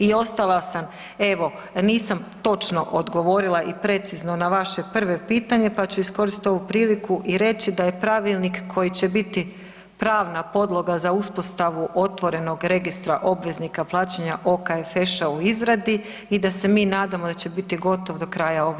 I ostala sam evo, nisam točno odgovorila i precizno na vaše prvo pitanje pa ću iskoristiti ovu priliku i reći da je Pravilnik koji će biti pravna podloga za uspostavu otvorenog registra obveznika plaćanja OKFŠ-a u izradi i da se mi nadamo da će biti gotov do kraja ove godine.